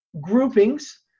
groupings